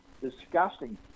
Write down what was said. disgusting